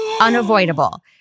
unavoidable